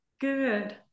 Good